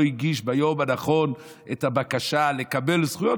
הגיש ביום הנכון את הבקשה לקבל זכויות,